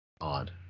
odd